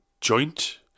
joint